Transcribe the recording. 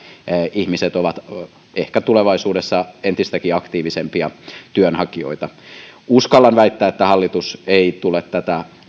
ihmiset ovat ehkä tulevaisuudessa entistäkin aktiivisempia työnhakijoita uskallan väittää että hallitus ei tule tätä